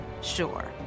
sure